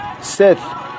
seth